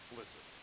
listen